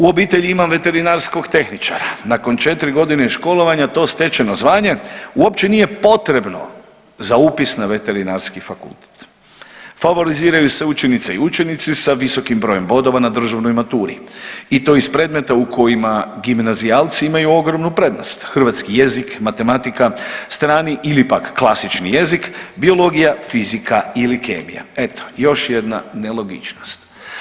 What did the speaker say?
U obitelji imam veterinarskog tehničara, nakon 4.g. školovanja to stečeno zvanje uopće nije potrebno za upis na veterinarski fakultet, favoriziraju se učenice i učenici sa visokim brojem bodova na državnoj maturi i to iz predmeta u kojima gimnazijalci imaju ogromnu prednost, hrvatski jezik, matematika, strani ili pak klasični jezik, biologija, fizika ili kemija, eto još jedna nelogičnost.